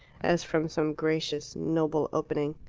as from some gracious, noble opening.